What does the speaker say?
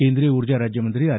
केंद्रीय उर्जा राज्यमंत्री आर